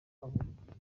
avuga